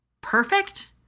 Perfect